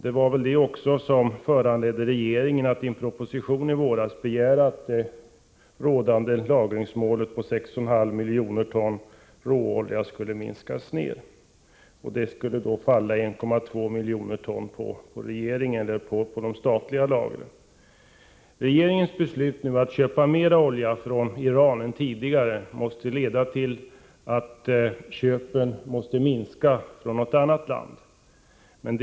Det var väl också det som föranledde regeringen att i en proposition i våras begära en minskning när det gäller det rådande lagringsmålet på 6,5 miljoner ton råolja. 1,2 miljoner ton skulle då gälla de statliga lagren. Regeringens beslut att köpa mera olja från Iran än man tidigare köpt måste leda till att köpen från något annat land minskas.